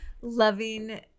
loving